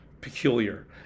peculiar